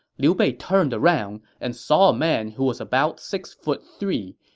liu bei turned around and saw a man who was about six foot three,